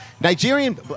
Nigerian